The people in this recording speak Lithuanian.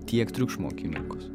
tiek triukšmo akimirkos